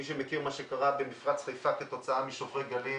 מי שמכיר את מה שקרה במפרץ חיפה כתוצאה משוברי גלים